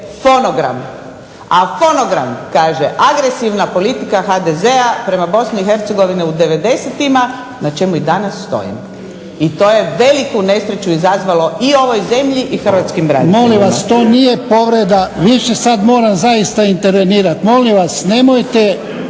fonogram, a fonogram kaže agresivna politika HDZ-a prema Bosni i Hercegovini u devedesetima na čemu i danas stojim. I to je veliku nesreću izazvalo i ovoj zemlji i hrvatskim braniteljima.